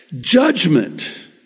judgment